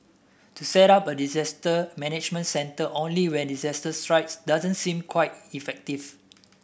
to set up a disaster management centre only when disaster strikes doesn't seem quite effective